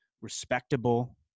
respectable